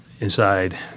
inside